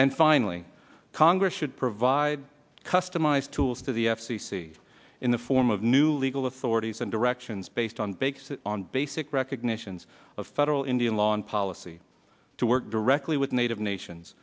and finally congress should provide customized tools to the f c c in the form of new legal authorities and directions based on bakes on basic recognitions of federal indian law and policy to work directly with native nations